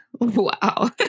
Wow